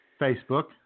Facebook